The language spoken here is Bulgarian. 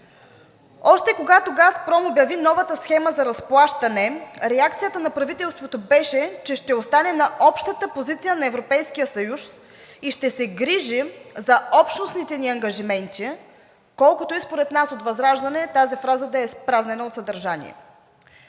Още когато „Газпром“ обяви новата схема на разплащане, реакцията на правителството беше, че ще остане на общата позиция на Европейския съюз и ще се грижи за общностните ни ангажименти, колкото и според нас от ВЪЗРАЖДАНЕ да е изпразнена от съдържание